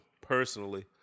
personally